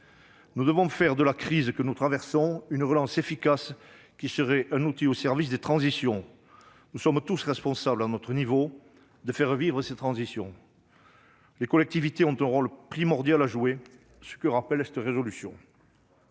Nous devons faire de la crise que nous traversons une relance efficace qui serait un outil au service des transitions. Nous avons tous la responsabilité, à notre niveau, de faire vivre ces transitions et les collectivités ont un rôle primordial à jouer, ainsi que le rappelle cette proposition